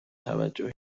توجهی